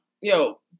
Yo